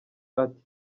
ati